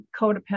codependent